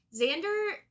Xander